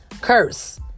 curse